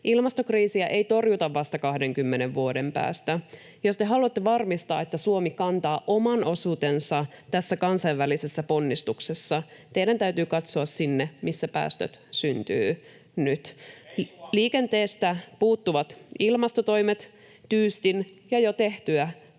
Ilmastokriisiä ei torjuta vasta 20 vuoden päästä. Jos te haluatte varmistaa, että Suomi kantaa oman osuutensa tässä kansainvälisessä ponnistuksessa, teidän täytyy katsoa sinne, missä päästöt syntyvät nyt. [Perussuomalaisten ryhmästä: Ei Suomessa!]